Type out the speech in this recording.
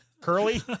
curly